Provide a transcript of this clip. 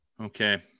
okay